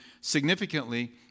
significantly